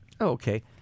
Okay